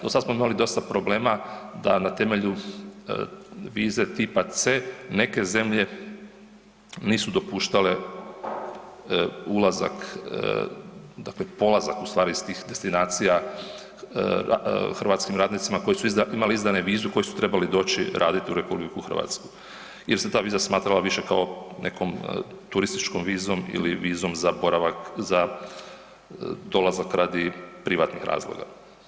Do sada smo imali dosta problema da na temelju vize tipa C neke zemlje nisu dopuštale ulazak dakle polazak u stvari iz tih destinacija hrvatskim radnicima koji su imali izdanu vizu koji su trebali doći u RH jer se ta viza smatrala više kao nekom turističkom vizom ili vizom za boravak za dolazak radi privatnih razloga.